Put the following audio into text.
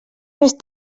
més